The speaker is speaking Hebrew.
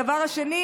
הדבר השני,